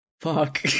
fuck